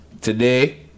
today